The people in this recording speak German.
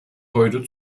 heute